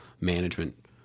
management